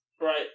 Right